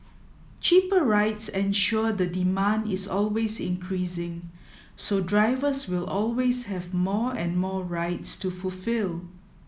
cheaper rides ensure the demand is always increasing so drivers will always have more and more rides to fulfil